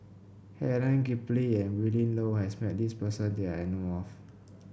Helen Gilbey and Willin Low has met this person that I know of